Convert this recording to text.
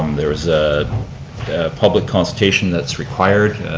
um there was a public consultation that's required